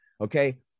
Okay